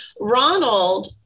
Ronald